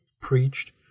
preached